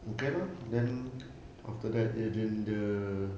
okay lor then after then the